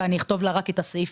אני אכתוב לה רק את הסעיף,